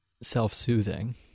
self-soothing